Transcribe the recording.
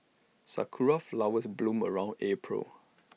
Sakura Flowers bloom around April